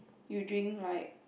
you drink like